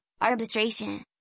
arbitration